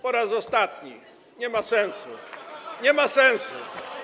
Po raz ostatni, nie ma sensu, nie ma sensu.